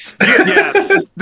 yes